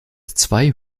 zwei